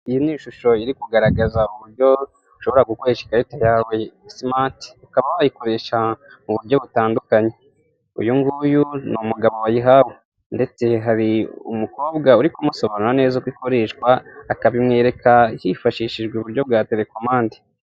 Iyi ni ishusho iri kugaragaza uburyo ushobora gukoresha ikarita yawe ya simati ukaba wayikoresha mu buryo butandukanye. Uyu nguyu ni umugabo wayihawe ndetse hari umukobwa uri kumusobanura neza uko ikoreshwa akabimwereka hifashishijwe uburyo bwa telekomande.